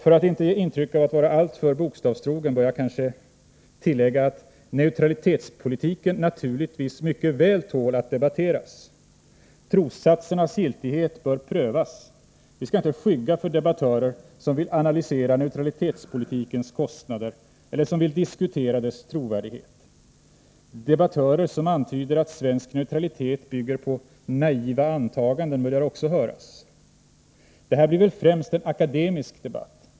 För att inte ge intryck av att vara alltför bokstavstrogen bör jag kanske tillägga att neutralitetspolitiken naturligtvis mycket väl tål att debatteras. Trossatsernas giltighet bör prövas. Vi skall inte skygga för debattörer som vill analysera neutralitetspolitikens kostnader eller som vill diskutera dess trovärdighet. Debattörer som antyder att svensk neutralitet bygger på ”naiva antaganden” börjar också höras. Det här blir väl främst en akademisk debatt.